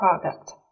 product